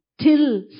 till